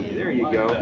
there you go.